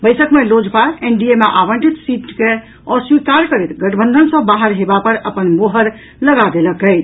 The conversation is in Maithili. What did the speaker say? बैसक मे लोजपा एनडीए मे आवंटित सीट के अस्वीकार करैत गठबंधन सँ बाहर होयबा पर अपन मोहर लगा देलक अछि